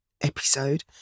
episode